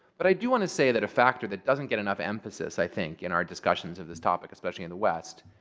but i do want to say that a factor that doesn't get enough emphasis, i think, in our discussions of this topic, especially in the west,